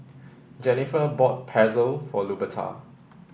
Jennifer bought Pretzel for Luberta